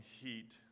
heat